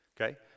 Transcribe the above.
okay